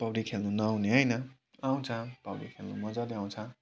पौडी खेल्नु नआउने होइन आउँछ पौडी खेल्नु मज्जाले आउँछ